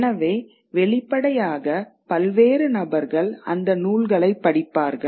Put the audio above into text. எனவே வெளிப்படையாக பல்வேறு நபர்கள் அந்த நூல்களைப் படிப்பார்கள்